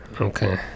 Okay